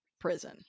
prison